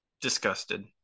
Disgusted